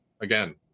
Again